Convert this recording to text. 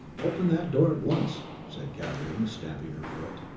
open that door at once! said kathleen, stamping her foot.